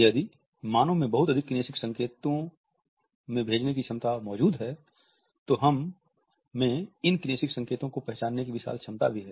यदि मानव में बहुत अधिक किनेसिक संकेतों में भेजने की क्षमता मौजूद है तो हम में इन किनेसिक संकेतो को पहचानने की विशाल क्षमता भी है